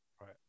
Right